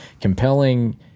compelling